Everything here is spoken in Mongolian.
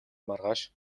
маргааш